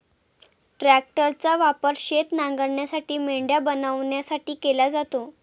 ट्रॅक्टरचा वापर शेत नांगरण्यासाठी, मेंढ्या बनवण्यासाठी केला जातो